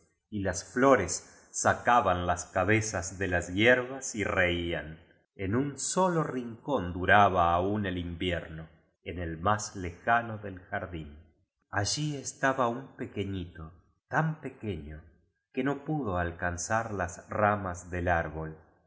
y las flores sacaban las cabezas de las hierbas y reían en un solo rincón duraba aún el in vierno en el más lejano del jardín allí estaba un pequeñito tan pequeño que no pudo alcanzar las ramas del ár